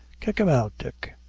kick him out, dick!